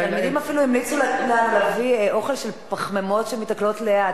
אפילו המליצו לתלמידים להביא אוכל של פחמימות שמתעכלות לאט,